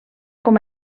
com